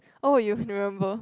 oh you remember